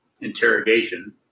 interrogation